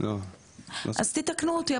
אז תתקנו אותי,